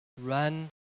run